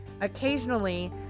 occasionally